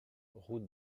route